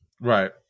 Right